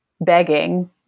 begging